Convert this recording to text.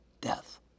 death